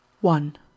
one